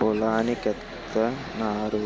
పొలానికెత్తన్నారు